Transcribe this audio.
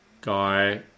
guy